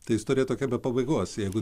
tai istorija tokia be pabaigos jeigu